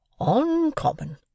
Uncommon